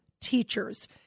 teachers